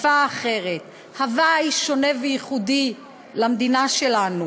שפה אחרת, הווי שונה וייחודי למדינה שלנו.